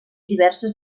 diverses